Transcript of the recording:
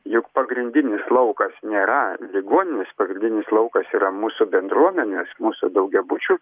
juk pagrindinis laukas nėra ligonis pagrindinis laukas yra mūsų bendruomenės mūsų daugiabučių